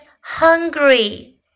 hungry